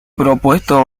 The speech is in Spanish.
propuesto